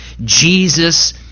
Jesus